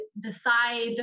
decide